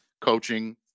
coaching